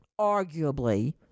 arguably